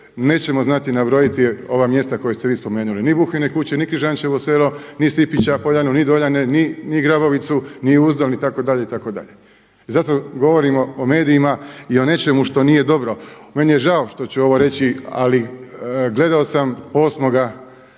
nećemo znati nabrojiti ova mjesta koja ste vi spomenuli, ni Buhine kuće, Križančevo selo, ni Stipića, Poljane, ni Doljane, ni Grabovicu, ni Uborak itd. itd. Zato govorimo o medijima i o nečemu što nije dobro. Meni je žao što ću ovo reći ali gledao sam 8.12.